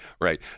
right